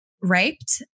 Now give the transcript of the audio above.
raped